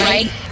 Right